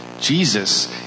Jesus